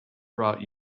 brought